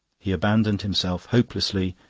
he abandoned himself hopelessly,